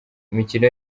imikino